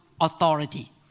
authority